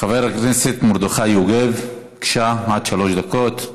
חבר הכנסת מרדכי יוגב, בבקשה, עד שלוש דקות.